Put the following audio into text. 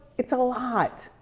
it's a lot.